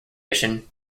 mission